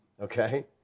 Okay